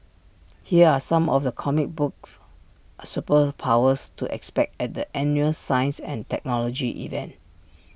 here are some of the comic books superpowers to expect at the annual science and technology event